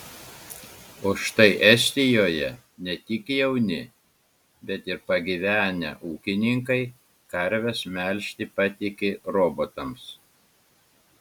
o štai estijoje ne tik jauni bet ir pagyvenę ūkininkai karves melžti patiki robotams